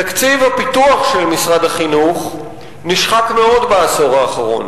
תקציב הפיתוח של משרד החינוך נשחק מאוד בעשור האחרון.